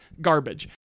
Garbage